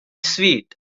sweet